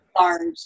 large